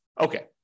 Okay